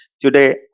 Today